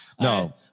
No